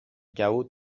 chaos